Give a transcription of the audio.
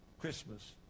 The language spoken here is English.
Christmas